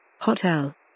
Hotel